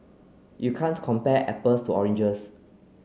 you can't compare apples to oranges